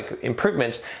improvements